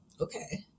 Okay